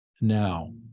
now